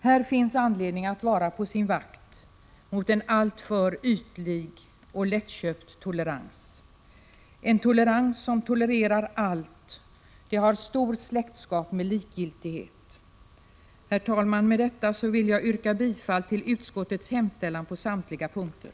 Här finns anledning att vara på sin vakt mot en alltför ytlig och lättköpt tolerans. En tolerans som tolererar allt har stor släktskap med likgiltighet. Herr talman! Med detta vill jag yrka bifall till utskottets hemställan på samtliga punkter.